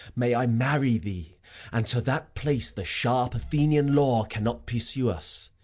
may i marry thee and to that place the sharp athenian law cannot pursue us.